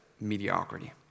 mediocrity